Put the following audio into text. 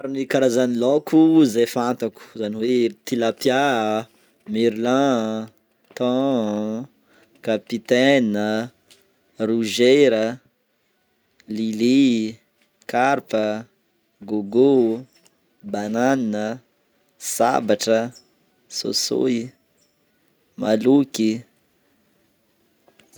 Maro ny karazany laoko izay fantako izany hoe: tilapia, merlan, thon, capitaine, Rouger a, lili, carpe, gogo, banane, sabatra, soisoy, maloky.